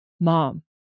mom